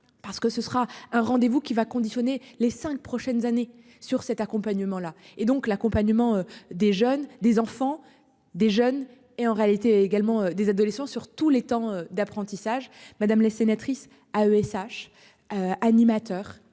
Parce que ce sera un rendez-vous qui va conditionner les 5 prochaines années sur cet accompagnement-là et donc l'accompagnement des jeunes, des enfants, des jeunes et en réalité également des adolescents sur tous les temps d'apprentissage madame les sénatrices à ESH. Animateur